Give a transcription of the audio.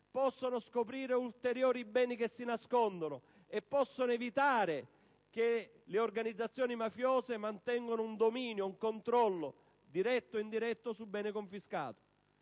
può scoprire ulteriori beni che si nascondono, può evitare che le organizzazioni mafiose mantengano un dominio e un controllo, diretto o indiretto, su quel bene.